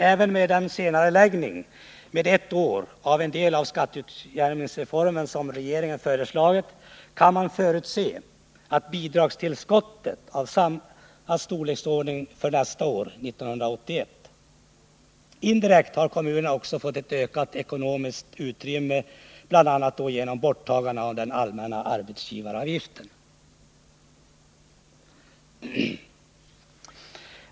Även med den senareläggning med ett år av en del av skatteutjämningsreformen som regeringen föreslagit kan man förutse ett bidragstillskott av samma storleksordning för nästa år — 1981. Indirekt har kommunerna också fått ett ökat ekonomiskt utrymme, bl.a. genom borttagandet av den allmänna arbetsgivaravgiften.